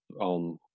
on